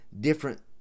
different